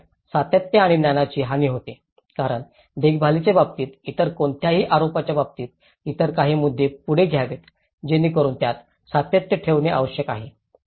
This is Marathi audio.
तर त्यातच सातत्य आणि ज्ञानाची हानी होते कारण देखभालीच्या बाबतीत इतर कोणत्याही आरोपाच्या बाबतीत इतर काही मुद्दे पुढे घ्यावेत जेणेकरून त्यात सातत्य ठेवणे आवश्यक आहे